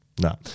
No